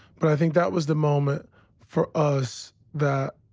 but i think that was the moment for us that